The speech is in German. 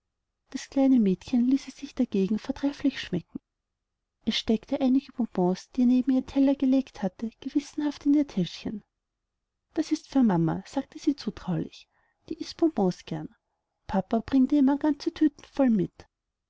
das kleine mädchen ließ es sich dagegen vortrefflich schmecken sie steckte einige bonbons die er neben ihren teller gelegt hatte gewissenhaft in ihr täschchen das ist für mama sagte sie zutraulich die ißt bonbons zu gern papa bringt ihr immer ganze große düten voll mit